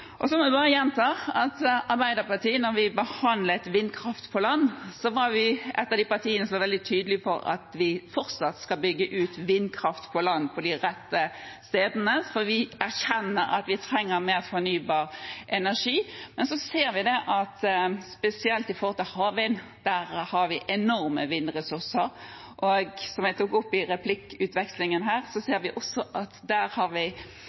var veldig tydelig på at vi fortsatt skal bygge ut vindkraft på land på de rette stedene, for vi erkjenner at vi trenger mer fornybar energi. Vi ser at spesielt når det gjelder havvind, har vi enorme vindressurser. Men som jeg tok opp i replikkvekslingen her, ser vi også at det har tatt veldig lang å få de rammevilkårene som hensyntar fiskeri og de andre havnæringene. Men vi